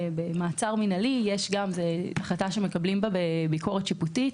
במעצר מינהלי זאת החלטה שמקבלים בה ביקורת שיפוטית,